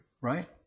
right